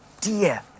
dear